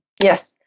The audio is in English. Yes